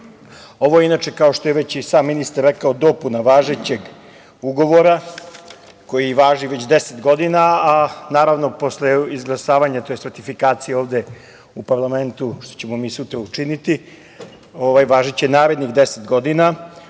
je, inače, kao što je već i sam ministar rekao, dopuna važećeg ugovora koji važi već 10 godina, a naravno, posle izglasavanja, tj. ratifikacije, ovde u parlamentu, što ćemo mi sutra učiniti, važiće narednih 10 godina